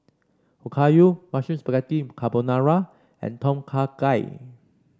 Okayu Mushroom Spaghetti Carbonara and Tom Kha Gai